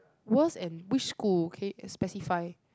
worse and which school can you specify